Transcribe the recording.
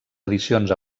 edicions